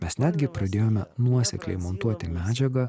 mes netgi pradėjome nuosekliai montuoti medžiagą